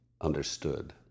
understood